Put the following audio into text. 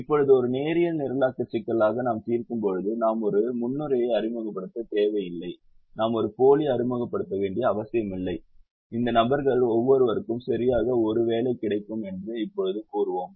இப்போது ஒரு நேரியல் நிரலாக்க சிக்கலாக நாம் தீர்க்கும்போது நாம் ஒரு முன்னுரையை அறிமுகப்படுத்த தேவையில்லை நாம் ஒரு போலி அறிமுகப்படுத்த வேண்டிய அவசியமில்லை இந்த நபர்கள் ஒவ்வொருவருக்கும் சரியாக ஒரு வேலை கிடைக்கும் என்று இப்போது கூறுவோம்